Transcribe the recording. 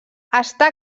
està